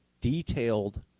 detailed